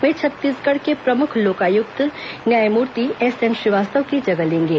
वे छत्तीसगढ़ के प्रमुख लोकायुक्त न्यायमूर्ति एसएन श्रीवास्तव की जगह लेंगे